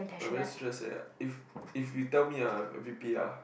I very stress eh if if you tell me ah I V_P ah